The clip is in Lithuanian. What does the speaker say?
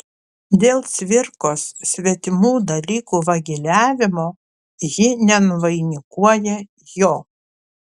dėl cvirkos svetimų dalykų vagiliavimo ji nenuvainikuoja jo